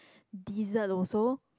dessert also